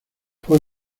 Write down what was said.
fue